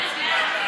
דוקטור?